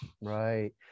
Right